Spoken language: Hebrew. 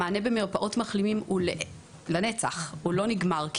המענה במרפאות מחלימים הוא לנצח, הוא לא נגמר.